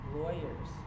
lawyers